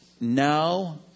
now